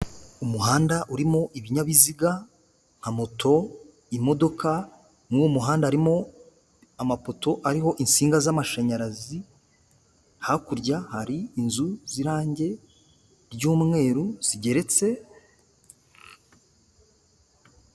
Umuhanda urimo ibinyabiziga nka moto, imodoka, muri uwo muhanda harimo amapoto ariho insinga z'amashanyarazi, hakurya hari inzu z'irangi ry'umweru zigeretse.